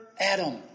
Adam